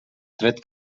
tret